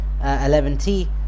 11T